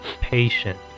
patient